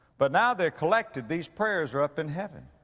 but now they're collected, these prayers are up in heaven,